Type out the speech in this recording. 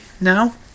now